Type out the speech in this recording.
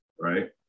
right